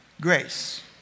grace